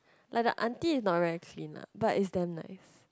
like the auntie is not very clean lah but is damn nice